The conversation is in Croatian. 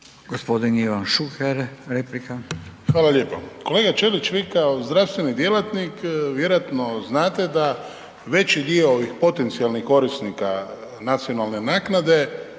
Gospodin Ivan Šuker, replika. **Šuker, Ivan (HDZ)** Hvala lijepo. Kolega Ćelić vi kao zdravstveni djelatnik vjerojatno znate da veći dio ovih potencijalnih korisnika nacionalne naknade